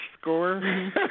score